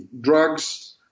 Drugs